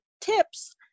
tips